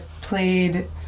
played